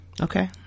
Okay